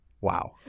Wow